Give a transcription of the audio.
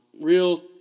Real